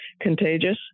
contagious